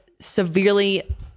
severely